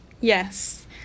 Yes